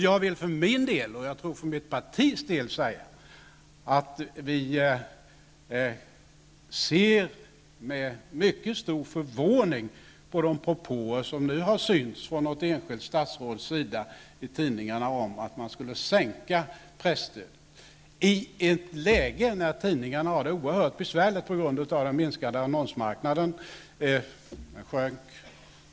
Jag vill för min del -- och för mitt partis del, tror jag -- säga att vi ser med mycket stor förvåning på de propåer som nu har synts från något enskilt statsråds sida i tidningarna om att man skulle sänka presstödet, i ett läge där tidningarna har det oerhört besvärligt på grund av den minskande annonsmarknaden.